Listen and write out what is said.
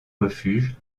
refuge